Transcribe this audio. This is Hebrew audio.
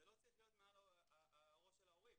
זה לא צריך להיות מעל לראש של ההורים.